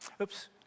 Oops